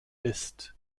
ist